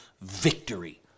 victory